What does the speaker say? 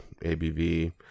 ABV